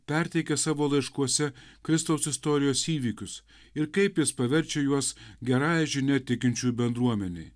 perteikia savo laiškuose kristaus istorijos įvykius ir kaip jis paverčia juos gerąja žinia tikinčiųjų bendruomenei